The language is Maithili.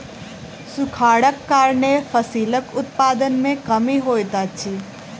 सूखाड़क कारणेँ फसिलक उत्पादन में कमी होइत अछि